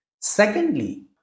Secondly